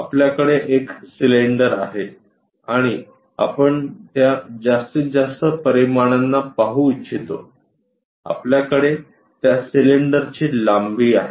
आपल्याकडे येथे एक सिलेंडर आहे आणि आपण त्या जास्तीत जास्त परिमाणांना पाहू इच्छितो आपल्याकडे त्या सिलेंडरची लांबी आहे